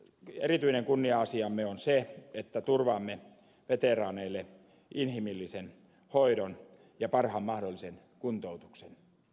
erityinen kunnia asiamme on se että turvaamme veteraaneille inhimillisen hoidon ja parhaan mahdollisen kuntoutuksen